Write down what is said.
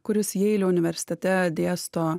kuris jeilio universitete dėsto